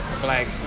black